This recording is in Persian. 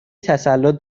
تسلط